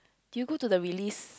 do you go to the release